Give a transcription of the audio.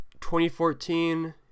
2014